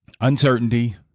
uncertainty